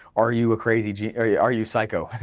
are you a crazy, are yeah are you psycho,